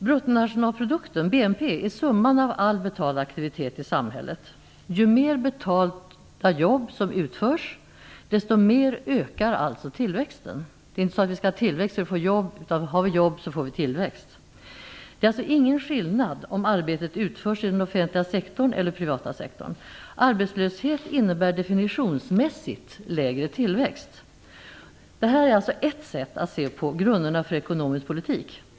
Bruttonationalprodukten, BNP, är summan av all betald aktivitet i samhället. Ju mer betalt jobb som utförs, desto mer ökar alltså tillväxten. Det är inte så att vi skall ha tillväxt för att få jobb, utan har vi jobb så får vi tillväxt. Det är ingen skillnad om arbetet utförs i den offentliga eller den privata sektorn. Arbetslöshet innebär definitionsmässigt lägre tillväxt. Det här är ett sätt att se på grunderna för ekonomisk politik.